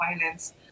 violence